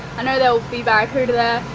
i know there will be barracuda